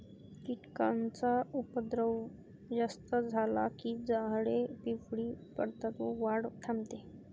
कीटकांचा उपद्रव जास्त झाला की झाडे पिवळी पडतात व वाढ थांबते